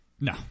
No